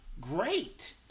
great